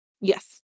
Yes